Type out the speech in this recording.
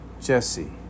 Jesse